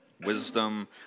wisdom